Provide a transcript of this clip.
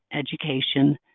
education,